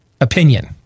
opinion